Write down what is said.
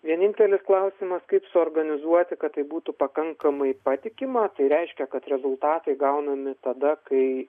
vienintelis klausimas kaip suorganizuoti kad tai būtų pakankamai patikima tai reiškia kad rezultatai gaunami tada kai